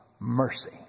mercy